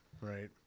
Right